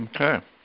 Okay